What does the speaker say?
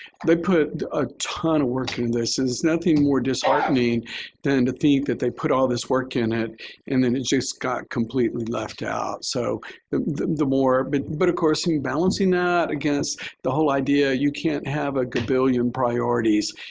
they put a ton of work in this. there's nothing more disheartening than to think that they put all this work in it and then it just got completely left out. so the more but but of course in balancing that against the whole idea, you can't have a billion priorities.